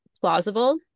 plausible